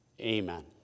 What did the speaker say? Amen